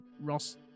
ross